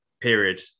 period